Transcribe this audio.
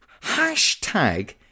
Hashtag